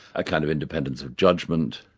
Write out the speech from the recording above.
a kind of independence of judgment.